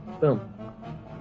Boom